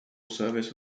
service